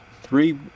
Three